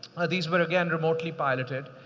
these were, again, remotely piloted.